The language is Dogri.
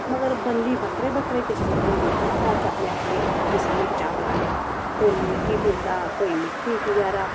मगर बनदी बक्खरे बक्खरे किस्में दी होंदी ऐ हर घर च अपने अपने किस्म होंदी चाह् बनाने दी कोई नूनकी पींदा कोई मिट्ठी पीआ दा